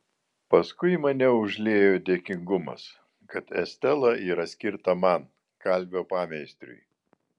paskui mane užliejo dėkingumas kad estela yra skirta man kalvio pameistriui